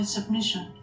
submission